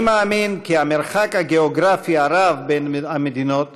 אני מאמין כי המרחק הגיאוגרפי הרב בין המדינות